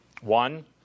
One